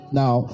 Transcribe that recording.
now